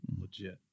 legit